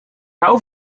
hou